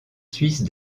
suisse